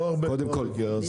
לא הרבה דברים.